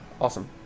Awesome